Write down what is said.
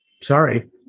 sorry